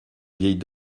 vieilles